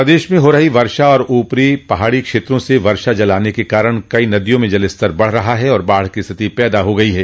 प्रदेश में हो रही वर्षा और ऊपरी पहाड़ी क्षेत्रों से वर्षा जल आने के कारण कई नदियों में जलस्तर बढ़ रहा है और बाढ़ की स्थिति पैदा हो गई है